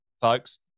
folks